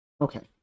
Okay